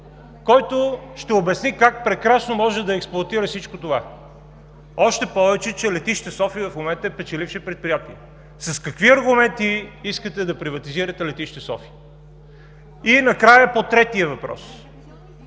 който ще обясни как прекрасно може да експлоатира всичко това, още повече че Летище София в момента е печелившо предприятие. С какви аргументи искате да приватизирате Летище София? Накрая по третия въпрос.